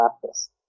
practice